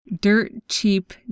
dirt-cheap